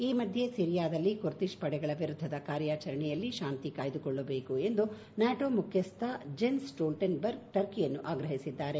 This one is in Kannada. ಈ ಮಧ್ಯೆ ಸಿರಿಯಾದಲ್ಲಿ ಕುರ್ದಿಷ್ ಪಡೆಗಳ ವಿರುದ್ದದ ಕಾರ್ಯಾಚರಣೆಯಲ್ಲಿ ಶಾಂತಿ ಕಾಯ್ದುಕೊಳ್ಳಬೇಕು ಎಂದು ನ್ಯಾಟೋ ಮುಖ್ಯಸ್ದ ಜಿನ್ಸ್ ಸ್ವೋಲ್ವೆನ್ ಬರ್ಗ್ ಟರ್ಕಿಯನ್ನು ಅಗ್ರಹಿಸಿದ್ದಾರೆ